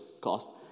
cost